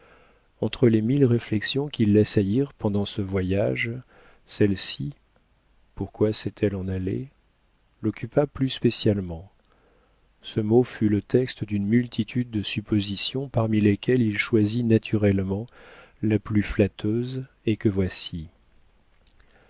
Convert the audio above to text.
entre les mille réflexions qui l'assaillirent pendant ce voyage celle-ci pourquoi s'en est-elle allée l'occupa plus spécialement ce mot fut le texte d'une multitude de suppositions parmi lesquelles il choisit naturellement la plus flatteuse et que voici